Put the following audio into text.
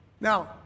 Now